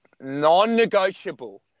non-negotiable